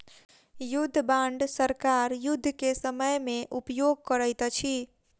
युद्ध बांड सरकार युद्ध के समय में उपयोग करैत अछि